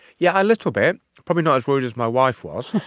yeah a little bit. probably not as worried as my wife was.